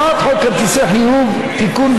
הצעת חוק כרטיסי חיוב (תיקון,